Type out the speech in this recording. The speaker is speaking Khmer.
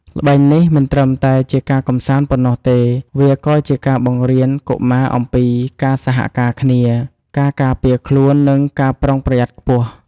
ល្បែងនេះមិនត្រឹមតែជាការកំសាន្តប៉ុណ្ណោះទេ វាក៏ជាការបង្រៀនកុមារអំពីការសហការគ្នា ការការពារខ្លួននិងការប្រុងប្រយ័ត្នខ្ពស់។